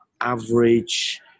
average